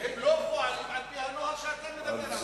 והם לא פועלים על-פי הנוהל שאתה מדבר עליו.